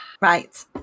Right